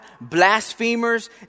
blasphemers